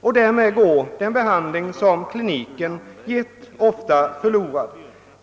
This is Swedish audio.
Därmed går den behandling som kliniken gett ofta förlorad.